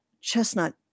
chestnut